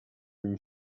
been